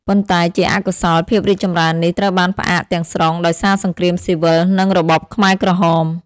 ប៉ុន្តែជាអកុសល ភាពរីកចម្រើននេះត្រូវបានផ្អាកទាំងស្រុងដោយសារសង្គ្រាមស៊ីវិល និងរបបខ្មែរក្រហម។